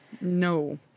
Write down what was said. No